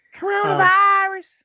Coronavirus